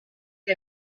que